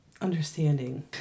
understanding